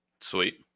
Sweet